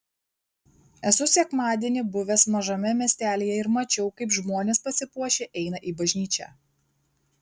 esu sekmadienį buvęs mažame miestelyje ir mačiau kaip žmonės pasipuošę eina į bažnyčią